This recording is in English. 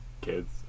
kids